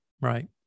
Right